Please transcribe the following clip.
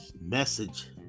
message